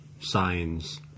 signs